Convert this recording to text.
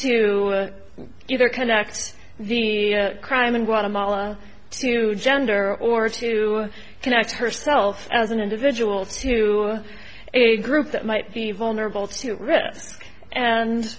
to either connect the crime in guatemala to gender or to connect herself as an individual to a group that might be vulnerable to risk and